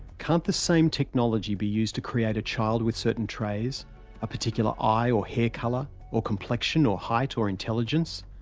can't the same technology be used to create a child with certain traits a particular eye or hair colour or complexion or height or intelligence?